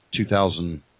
2000 –